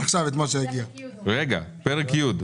פרק י',